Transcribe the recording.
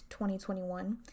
2021